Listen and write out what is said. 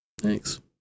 Thanks